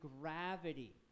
gravity